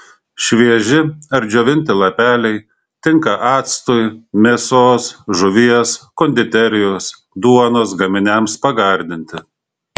švieži ar džiovinti lapeliai tinka actui mėsos žuvies konditerijos duonos gaminiams pagardinti